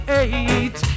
eight